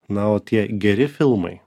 na o tie geri filmai